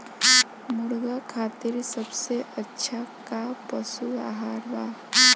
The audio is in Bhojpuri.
मुर्गा खातिर सबसे अच्छा का पशु आहार बा?